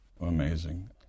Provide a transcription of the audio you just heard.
Amazing